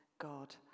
God